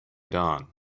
dawn